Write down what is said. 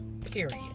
period